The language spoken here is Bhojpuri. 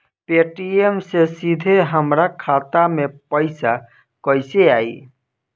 पेटीएम से सीधे हमरा खाता मे पईसा कइसे आई?